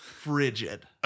frigid